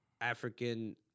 African